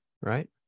right